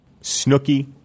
Snooky